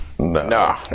No